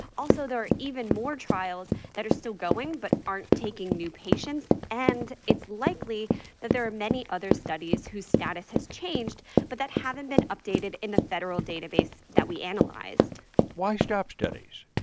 also, there are even more trials that are still going but aren't taking new patients. and it's likely that there are many other studies whose status has changed but that haven't been updated in the federal database that we analyzed why stop studies?